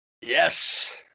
Yes